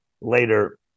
later